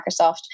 Microsoft